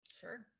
sure